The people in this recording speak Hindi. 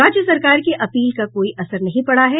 राज्य सरकार की अपील का कोई असर नहीं पड़ा है